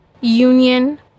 union